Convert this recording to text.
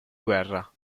guerra